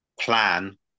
plan